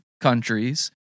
countries